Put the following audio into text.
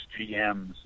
GMs